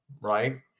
right